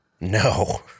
No